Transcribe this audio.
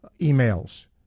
emails